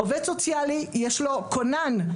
עובד סוציאלי יש לו כונן.